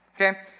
Okay